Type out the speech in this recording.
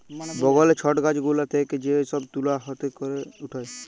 বগলে ছট গাছ গুলা থেক্যে যে সব তুলা হাতে ক্যরে উঠায়